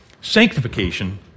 Sanctification